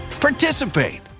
participate